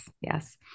Yes